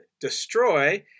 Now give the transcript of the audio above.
destroy